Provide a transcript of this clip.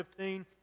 15